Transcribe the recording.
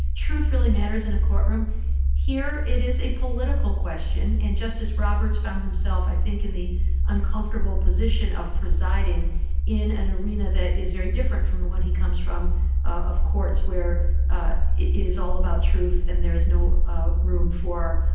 truth really matters in a courtroom here. it is a political question. and justice roberts found himself, i think, in the uncomfortable position of presiding in an arena that is very different from the one he comes from of courts, where ah it is all about truth. and there is no ah room for